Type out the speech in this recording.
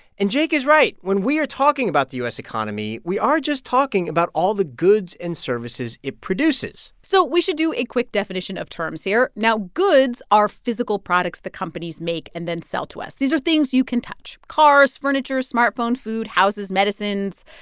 and jake is right. when we are talking about the u s. economy, we are just talking about all the goods and services it produces so we should do a quick definition of terms here. now, goods are physical products that companies make and then sell to us. these are things you can touch cars, cars, furniture, smartphones, food, houses, medicines,